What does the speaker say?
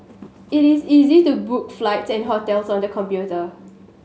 it is easy to book flights and hotels on the computer